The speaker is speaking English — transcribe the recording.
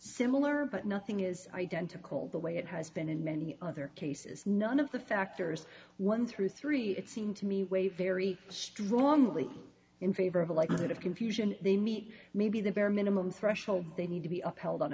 similar but nothing is identical the way it has been in many other cases none of the factors one through three it seemed to me way very strongly in favor of a likelihood of confusion they meet maybe the bare minimum threshold they need to be upheld on